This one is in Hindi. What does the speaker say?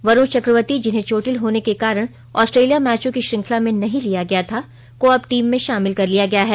वरूण चक्रवर्ती जिन्हें चोटिल होने के कारण आस्ट्रेलिया मैचों की श्रृंखला में नहीं लिया गया था को अब टीम में शामिल कर लिया गया है